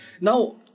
Now